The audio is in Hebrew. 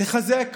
תחזק